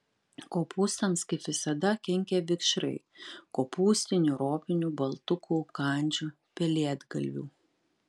kopūstams kaip visada kenkia vikšrai kopūstinių ropinių baltukų kandžių pelėdgalvių